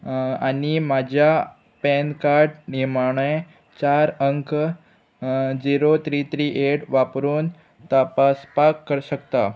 आनी म्हाज्या पॅनकार्ड निमाणे चार अंक झिरो थ्री थ्री एठ वापरून तपासपाक कर शकता